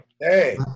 Hey